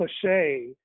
cliche